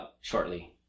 shortly